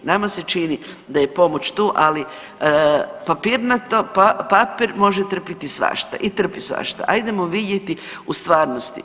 Nama se čini da je pomoć tu, ali papirnato, papir može trpiti svašta i trpi svašta, ajdemo vidjeti u stvarnosti.